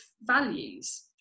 values